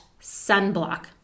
sunblock